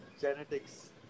genetics